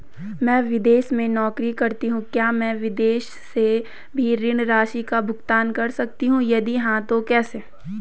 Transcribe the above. मैं विदेश में नौकरी करतीं हूँ क्या मैं विदेश से भी ऋण राशि का भुगतान कर सकती हूँ यदि हाँ तो कैसे?